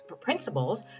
principles